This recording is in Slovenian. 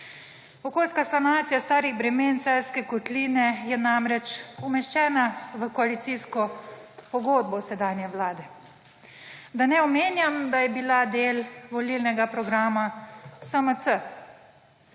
Okoljska sanacija starih bremen Celjske kotline je namreč umeščena v koalicijsko pogodbo sedanje vlade. Da ne omenjam, da je bila del volilnega programa SMC.